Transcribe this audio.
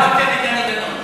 אני יותר מאמין לדני דנון.